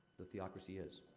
the theocracy is.